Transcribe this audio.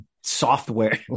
software